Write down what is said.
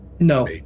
No